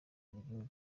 bw’igihugu